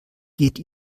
geht